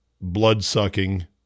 blood-sucking